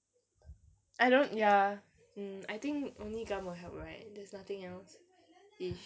I don't ya mm I think only gum will help right there's nothing elseish